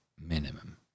minimum